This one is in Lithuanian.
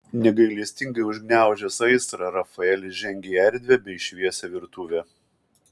negailestingai užgniaužęs aistrą rafaelis žengė į erdvią bei šviesią virtuvę